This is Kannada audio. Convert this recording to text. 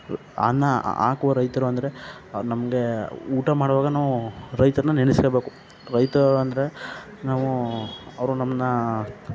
ಅನ್ನ ಹಾಕುವ ರೈತರು ಅಂದರೆ ಅವ್ರು ನಮಗೆ ಊಟ ಮಾಡುವಾಗ ನಾವು ರೈತರನ್ನ ನೆನಿಸ್ಕೊಬೇಕು ರೈತ ಅಂದರೆ ನಾವು ಅವರು ನಮ್ಮನ್ನ